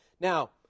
Now